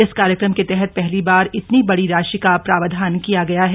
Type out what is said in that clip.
इस कार्यक्रम के तहत पहली बार इतनी बडी राशि का प्रावधान किया गया है